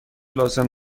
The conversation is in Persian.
لازم